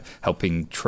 helping